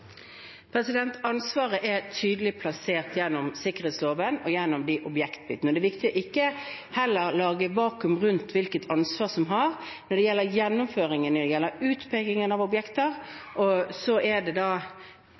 Ansvaret er tydelig plassert gjennom sikkerhetsloven også når det gjelder de objektene. Og det er viktig å ikke heller lage vakuum rundt hvem som har ansvar. Når det gjelder gjennomføringen, og når det gjelder utpekingen av objektene, er det tiltakshaver som har ansvar for det. Her er det